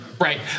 right